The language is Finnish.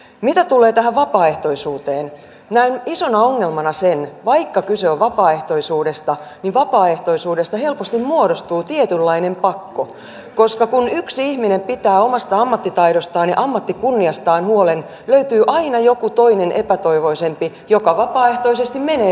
mitä tulee tähän vapaaehtoisuuteen näen isona ongelmana sen että vaikka kyse on vapaaehtoisuudesta niin vapaaehtoisuudesta helposti muodostuu tietynlainen pakko koska kun yksi ihminen pitää omasta ammattitaidostaan ja ammattikunniastaan huolen löytyy aina joku toinen epätoivoisempi joka vapaaehtoisesti menee ilmaiseksi töihin